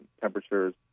temperatures